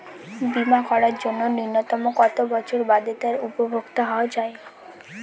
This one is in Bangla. বীমা করার জন্য ন্যুনতম কত বছর বাদে তার উপভোক্তা হওয়া য়ায়?